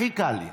הכי קל לי.